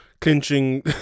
clinching